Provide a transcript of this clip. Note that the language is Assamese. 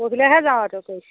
পৰহিলৈহে যোৱাটো কৰিছোঁ